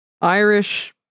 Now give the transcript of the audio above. Irish